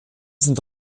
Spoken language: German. sind